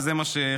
וזה מה שחשוב.